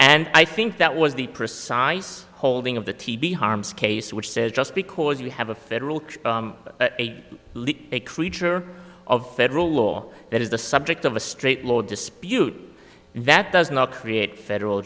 and i think that was the precise holding of the tb harmes case which says just because you have a federal agent a creature of federal law that is the subject of a straight law dispute that does not create federal